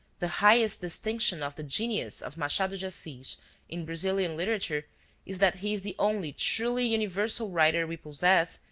the highest distinction of the genius of machado de assis in brazilian literature is that he is the only truly universal writer we possess,